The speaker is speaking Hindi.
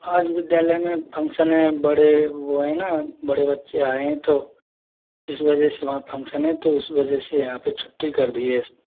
आज विद्यालय में फंगक्शन हैं बड़े वो हैं ना बड़े बच्चे आए हैं तो इस वजह से वहाँ फंगक्शन हैं तो इस वजह से यहाँ पे छुट्टी कर दी है